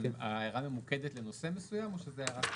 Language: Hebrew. ההערה ממוקדת לנושא מסוים או שזאת הערה כללית?